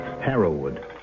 Harrowwood